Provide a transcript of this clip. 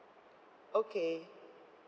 okay